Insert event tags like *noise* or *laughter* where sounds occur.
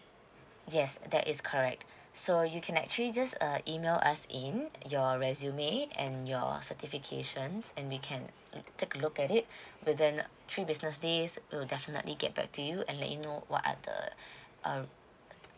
yes that is correct so you can actually just uh email us in your resume and your certifications and we can take a look at it within three business days will definitely get back to you and let you know what are the *breath* uh